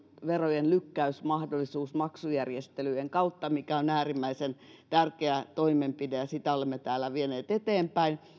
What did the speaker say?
verojen lykkäysmahdollisuus maksujärjestelyjen kautta mikä on äärimmäisen tärkeä toimenpide ja sitä olemme täällä vieneet eteenpäin